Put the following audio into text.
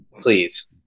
please